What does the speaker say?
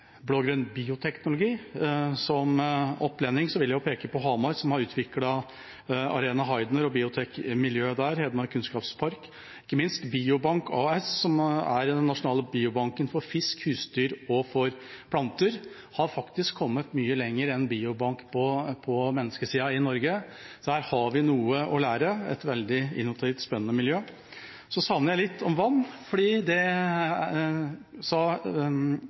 blå-grønn bioteknologi. Som opplending vil jeg peke på Hamar, som har utviklet Arena Heidner og biotekmiljøet der, Hedmark Kunnskapspark – og ikke minst Biobank AS, som er den nasjonale biobanken for fisk, husdyr og planter, og som faktisk har kommet mye lenger enn biobank på menneskesiden i Norge. Så her har vi noe å lære. Det er et veldig innovativt, spennende miljø. Så savner jeg noe om vann, for FNs generalsekretær sa